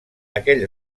aquell